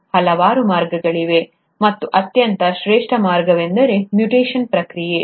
ಹಲವಾರು ಮಾರ್ಗಗಳಿವೆ ಮತ್ತು ಅತ್ಯಂತ ಶ್ರೇಷ್ಠ ಮಾರ್ಗವೆಂದರೆ ಮ್ಯುಟೇಶನ್ ಪ್ರಕ್ರಿಯೆ